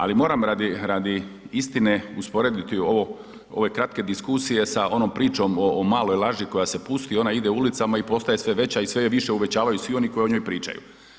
Ali moram radi, radi istine usporediti ovo, ove kratke diskusije sa onom pričom o maloj laži koja se pusti, ona ide ulicama i postaje sve veća i sve je više uvećavaju svi oni koji o njoj pričaju.